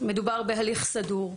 מדובר בהליך סדור,